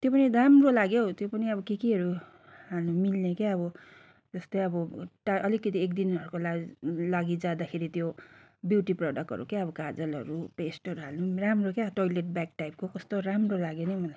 त्यो पनि राम्रो लाग्यो हौ त्यो पनि के केहरू हाल्नु मिल्ने क्या अब जस्तै अब अलिकति एकदिनहरूको ला लागि जाँदाखेरि त्यो ब्युटी प्रोडक्टहरू क्या काजलहरू पेस्टहरू हाल्नु पनि राम्रो क्या टोइलेट ब्याग टाइपको कस्तो राम्रो लाग्यो नि मलाई